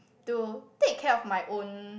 to take care of my own